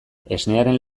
esnearen